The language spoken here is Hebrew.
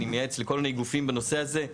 אני מייעץ לכל מיני גופים בנושא הזה,